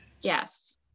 Yes